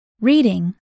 Reading